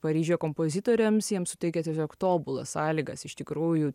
paryžiuje kompozitoriams jiems suteikia tiesiog tobulas sąlygas iš tikrųjų